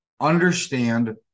understand